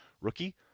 rookie